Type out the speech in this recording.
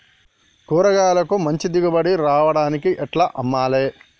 కూరగాయలకు మంచి దిగుబడి రావడానికి ఎట్ల అమ్మాలే?